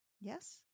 Yes